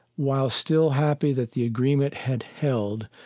while still happy that the agreement had held,